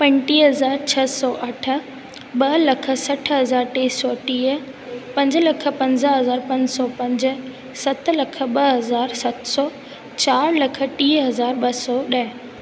पंटीह हज़ार छ्ह सौ अठ ॿ लख सठि हज़ार टे सौ टीह पंज लख पंज हज़ार पंज सौ पंज सत लख ॿ हज़ार सत सौ चारि लख टीह हज़ार ॿ सौ ॾह